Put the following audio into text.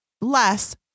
less